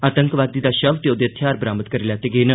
आतंकवादी दा शव ते ओहदे थेहार बरामद करी लैते गे न